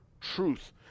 truth